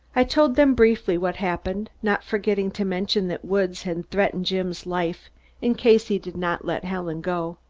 i told them briefly what happened, not forgetting to mention that woods had threatened jim's life in case he did not let helen go.